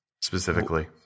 specifically